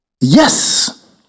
Yes